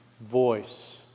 voice